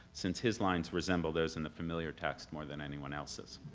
since his lines resemble those in the familiar text more than anyone else's.